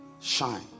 shine